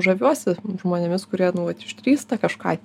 žaviuosi žmonėmis kurie nu vat išdrįsta kažką